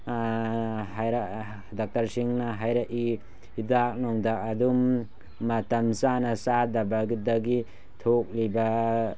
ꯗꯣꯛꯇꯔꯁꯤꯡꯅ ꯍꯥꯏꯔꯛꯏ ꯍꯤꯗꯥꯛ ꯅꯨꯡꯗꯥꯛ ꯑꯗꯨꯝ ꯃꯇꯝ ꯆꯥꯅ ꯆꯥꯗꯕꯒꯤ ꯊꯣꯛꯂꯤꯕ